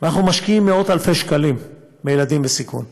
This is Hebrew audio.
ואנחנו משקיעים מאות-אלפי שקלים בילדים בסיכון.